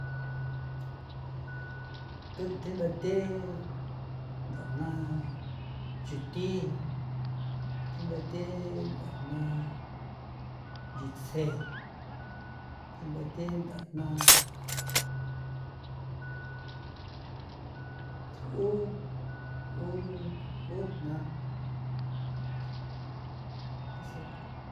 Thu thi ntha the nthajna chuthi thi ntha the nthajna giitsjeen thi ntha the nthajna tju'u u u jna.